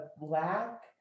black